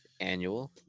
Annual